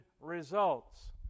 results